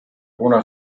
kuna